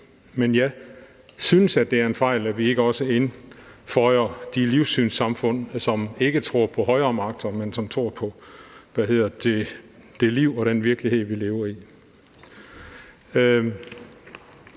for jeg synes, det er en fejl, at vi ikke også tilføjer de livssynssamfund, som ikke tror på højere magter, men som tror på det liv og den virkelighed, vi lever i.